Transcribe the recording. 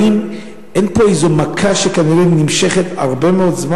האם אין פה איזו מכה שכנראה נמשכת הרבה מאוד זמן?